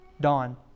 dawn